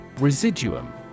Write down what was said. Residuum